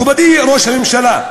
מכובדי ראש הממשלה,